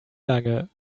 lange